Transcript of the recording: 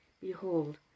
Behold